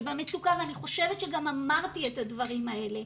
ואני חושבת שגם אמרתי את הדברים האלה,